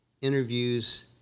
interviews